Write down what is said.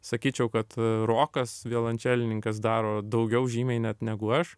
sakyčiau kad rokas violončelininkas daro daugiau žymiai net negu aš